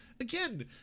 Again